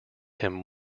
him